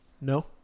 No